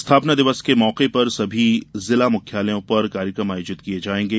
स्थापना दिवस के मौके पर सभी जिला मुख्यालयों पर कार्यक्रम आयोजित किये जाएंगे